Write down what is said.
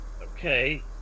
Okay